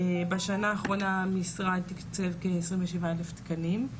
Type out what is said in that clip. בשנה האחרונה המשרד תקצב כעשרים ושבעה אלף תקנים.